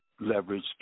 leveraged